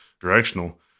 directional